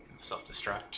Self-destruct